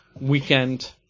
weekend